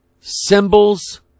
symbols